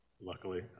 Luckily